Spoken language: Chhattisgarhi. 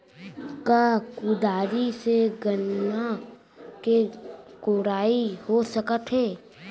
का कुदारी से गन्ना के कोड़ाई हो सकत हे?